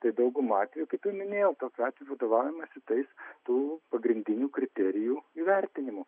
tai dauguma atvejų kaip jau minėjau tokiu atveju vadovaujamasi tais tų pagrindinių kriterijų įvertinimu